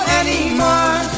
anymore